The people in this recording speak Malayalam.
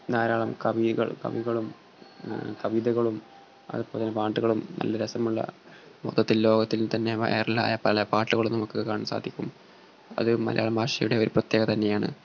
ധാരാളം കവികൾ കവികളും കവിതകളും അതുപോലെ തന്നെ പാട്ടുകളും നല്ല രസമുള്ള മൊത്തിൽ ലോകത്തിൽ തന്നെ വയറലായ പല പാട്ടുകളും നമുക്ക് കാണാൻ സാധിക്കും അത് മലയാളം ഭാഷയുടെ ഒരു പ്രത്യേകത തന്നെയാണ്